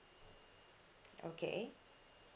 okay